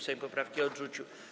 Sejm poprawki odrzucił.